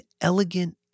elegant